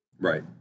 Right